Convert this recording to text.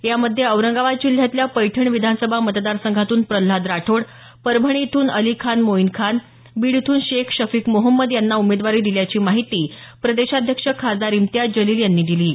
यामध्ये औरंगाबाद जिल्ह्यातल्या पैठण विधानसभा मतदार संघातून प्रल्हाद राठोड परभणी इथून अली खान मोईन खान बीड इथून शेख शफिक मोहम्मद यांना उमेदवारी दिल्याची माहिती प्रदेशाध्यक्ष खासदार इम्तियाज जलील यांनी दिली आहे